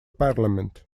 parliament